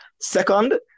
Second